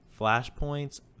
flashpoints